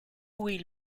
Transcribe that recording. will